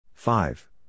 Five